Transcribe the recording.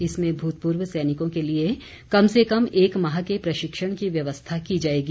इसमें भूतपूर्व सैनिकों के लिए कम से कम एक माह के प्रशिक्षण की व्यवस्था की जाएगी